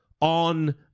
on